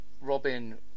Robin